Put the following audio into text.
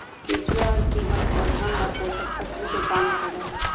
केचुआ और कीड़वन पौधवन ला पोषक तत्व के काम करा हई